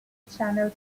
channel